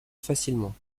facilement